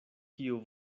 kiu